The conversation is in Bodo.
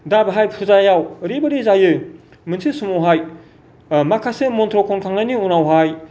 दा बेवहाय पुजायाव ओरैबादि जायो मोनसे समावहाय माखासे मन्थ्र' खनखांनायनि उनावहाय